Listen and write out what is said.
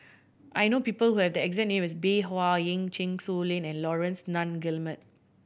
I know people who have the exact name as Bey Hua Heng Chen Su Lan and Laurence Nunns Guillemard